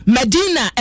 Medina